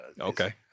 Okay